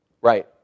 Right